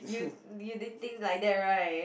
you you didn't think like that [right]